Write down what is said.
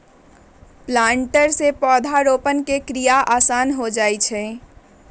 planter से पौधरोपण के क्रिया आसान हो जा हई